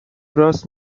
راست